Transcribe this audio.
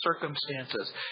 circumstances